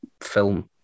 film